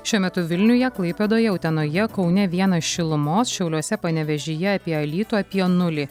šiuo metu vilniuje klaipėdoje utenoje kaune vienas šilumos šiauliuose panevėžyje apie alytų apie nulį